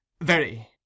very